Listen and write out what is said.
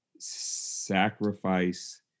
sacrifice